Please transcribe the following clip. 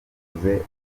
amafaranga